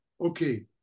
okay